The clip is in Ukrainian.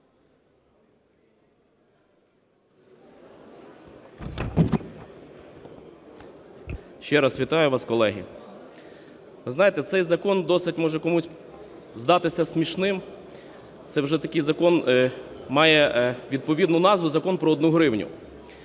Ще раз вітаю вас, колеги! Знаєте, цей закон досить може комусь здатися смішним, це вже такий закон має відповідну назву "Закон про одну гривню".